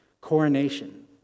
coronation